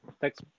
Thanks